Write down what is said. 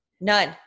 None